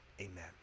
amen